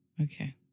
Okay